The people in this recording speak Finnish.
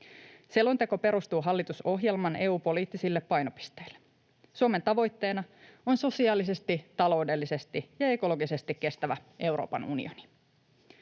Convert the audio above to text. Selonteko perustuu hallitusohjelman EU-poliittisille painopisteille. Suomen tavoitteena on sosiaalisesti, taloudellisesti ja ekologisesti kestävä Euroopan unioni.